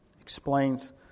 explains